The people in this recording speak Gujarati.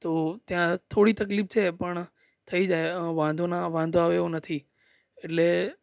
તો ત્યાં થોડી તકલીફ છે પણ થઈ જાય વાંધો ના વાંધો આવે એવો નથી એટલે